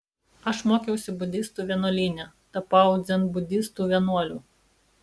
aš mokiausi budistų vienuolyne tapau dzenbudistų vienuoliu